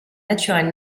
naturelle